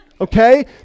Okay